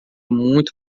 muito